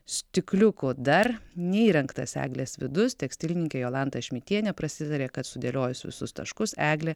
stikliukų dar neįrengtas eglės vidus tekstilininkė jolanta šmidtienė prasitarė kad sudėliojus visus taškus eglė